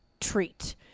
treat